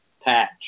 patch